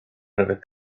pryfed